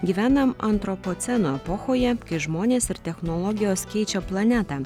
gyvenam antropoceno epochoje kai žmonės ir technologijos keičia planetą